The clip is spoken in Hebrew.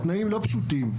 בתנאים לא פשוטים,